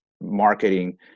marketing